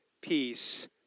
peace